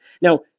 Now